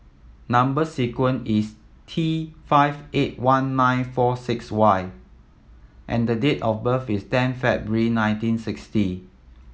number sequence is T five eight one nine four six Y and the date of birth is ten February nineteen sixty